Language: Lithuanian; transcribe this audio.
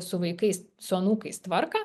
su vaikais su anūkais tvarką